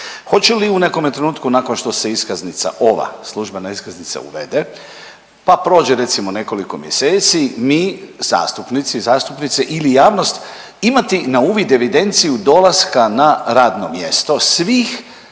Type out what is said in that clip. Hoće li u nekome trenutku nakon što se iskaznica ova službena iskaznica uvede, pa prođe recimo nekoliko mjeseci mi zastupnici i zastupnice ili javnost imati na uvid evidenciju dolaska na radno mjesto svih,